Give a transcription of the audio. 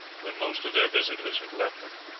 when most of their visitors had left them,